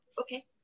okay